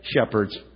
shepherds